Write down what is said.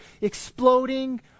exploding